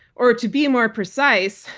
or, to be more precise,